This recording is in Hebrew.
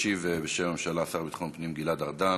ישיב בשם הממשלה השר לביטחון פנים גלעד ארדן.